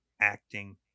acting